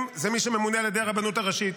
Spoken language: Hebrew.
זה מי שממונה על ידי הרבנות הראשית,